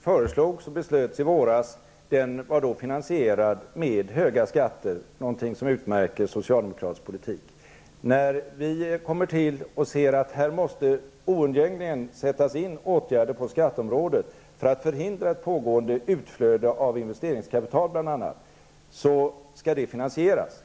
föreslogs och beslöts i våras. Den var då finansierad med höga skatter, någonting som utmärker socialdemokratisk politik. När vi trädde till och såg att åtgärder oundgängligen måste sättas in på skatteområdet för att förhindra ett pågående utflöde av bl.a. investeringskapital, skulle de finansieras.